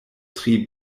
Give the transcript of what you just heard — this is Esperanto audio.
tri